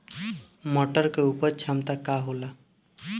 मटर के उपज क्षमता का होला?